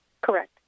Correct